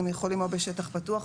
אני רואה שזה בסעיף הבא,